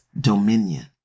dominion